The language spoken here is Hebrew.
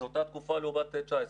זו אותה תקופה לעומת 19',